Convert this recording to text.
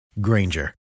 Granger